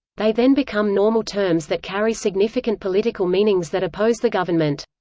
they then become normal terms that carry significant political meanings that oppose the government.